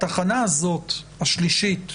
התחנה השלישית הזאת,